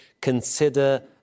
consider